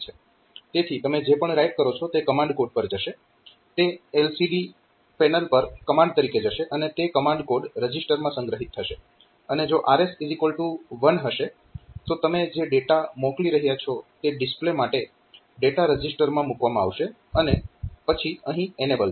તેથી તમે જે પણ રાઈટ કરો છો તે કમાન્ડ કોડ પર જશે તે LCD પેનલ પર કમાન્ડ તરીકે જશે અને તે કમાન્ડ કોડ રજીસ્ટરમાં સંગ્રહિત થશે અને જો RS1 હશે તો તમે જે ડેટા મોકલી રહ્યા છો તે ડિસ્પ્લે માટે ડેટા રજીસ્ટરમાં મૂકવામાં આવશે અને પછી અહીં એનેબલ છે